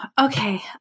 Okay